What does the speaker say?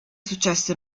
successo